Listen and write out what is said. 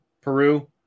peru